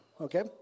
okay